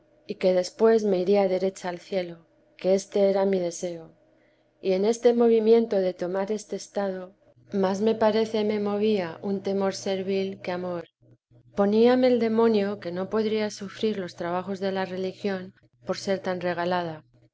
y que después me iría derecha al cielo que éste era mi deseo y en este tebesa de jee movimiento de tomar este estado más me parece me movía un temor servil que amor poníame el demonio que no podría sufrir los trabajos de la religión por ser tan regalada